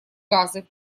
газы